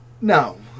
No